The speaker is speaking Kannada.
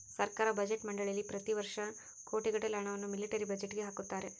ಸರ್ಕಾರ ಬಜೆಟ್ ಮಂಡಳಿಯಲ್ಲಿ ಪ್ರತಿ ವರ್ಷ ಕೋಟಿಗಟ್ಟಲೆ ಹಣವನ್ನು ಮಿಲಿಟರಿ ಬಜೆಟ್ಗೆ ಹಾಕುತ್ತಾರೆ